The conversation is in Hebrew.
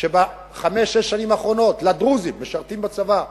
שבחמש-שש שנים נבנו לדרוזים, שמשרתים בצבא,